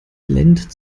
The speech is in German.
lendt